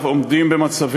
ונשתדל לדאוג למרקם